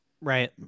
Right